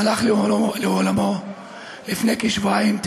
הלך לעולמו לפני כשבועיים,